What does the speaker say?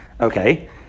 Okay